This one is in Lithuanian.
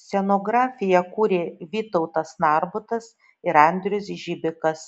scenografiją kūrė vytautas narbutas ir andrius žibikas